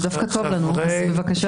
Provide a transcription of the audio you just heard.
זה דווקא טוב לנו למחאות, אז בבקשה.